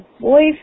voice